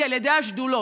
היא על ידי השדולות.